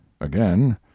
Again